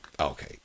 Okay